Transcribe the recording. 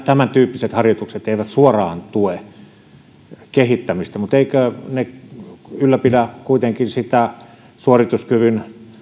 tämäntyyppiset harjoitukset suoraan tue mutta eivätkö ne tue kuitenkin sitä suorituskyvyn